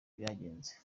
byagenze